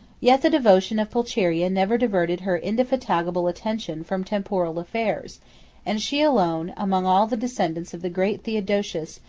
yet the devotion of pulcheria never diverted her indefatigable attention from temporal affairs and she alone, among all the descendants of the great theodosius,